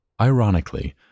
Ironically